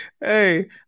hey